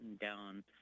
down